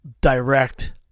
direct